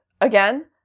again